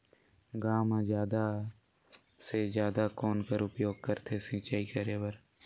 गांव म जादा से जादा कौन कर उपयोग करथे सिंचाई करे बर?